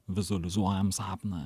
vizualizuojam sapną